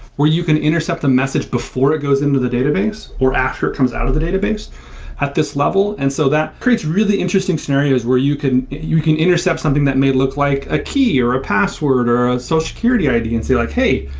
you can intercept the message before it goes into the database or after it comes out of the database at this level. and so that creates really interesting scenarios where you can you can intercept something that may look like a key, or a password, or a social so security id and say, like hey,